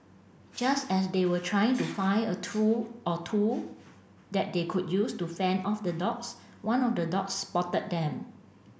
just as they were trying to find a tool or two that they could use to fend off the dogs one of the dogs spotted them